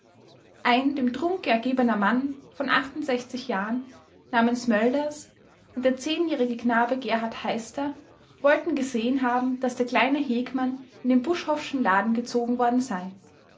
ein dem trunke ergebener mann von jahren namens mölders und der zehnjährige knabe gerhard heister wollten gesehen haben daß der kleine hegmann in den buschhoffschen laden gezogen worden sei